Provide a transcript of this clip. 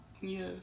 Yes